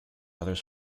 others